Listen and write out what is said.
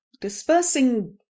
dispersing